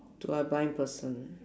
to a blind person